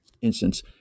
instance